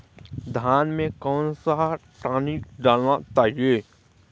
धान में कौन सा टॉनिक डालना चाहिए?